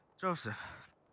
Joseph